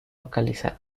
localizado